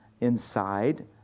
inside